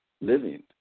living